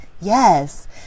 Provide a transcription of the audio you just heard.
Yes